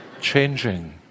changing